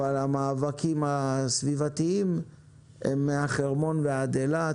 אבל המאבקים הסביבתיים הם מן החרמון ועד אילת.